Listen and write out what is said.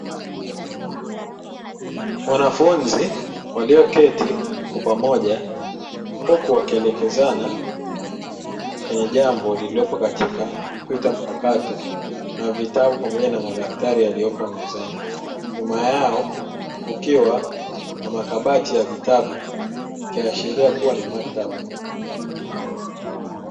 Wanafunzi walioketi kwa pamoja, huku wakielekezana kwenye jambo lililopo katika kompyuta mpakato na vitabu pamoja na madaftari yaliyopo mezani, nyuma yao kukiwa na makabati ya vitabu, ikiashiria kuwa ni maktaba.